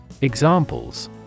Examples